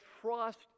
trust